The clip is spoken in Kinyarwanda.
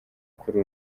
kuri